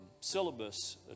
syllabus